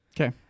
Okay